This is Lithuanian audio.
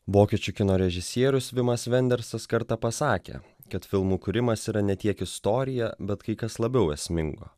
vokiečių kino režisierius vimas vendersas kartą pasakė kad filmų kūrimas yra ne tiek istorija bet kai kas labiau esmingo